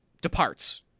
departs